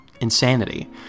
insanity